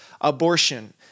abortion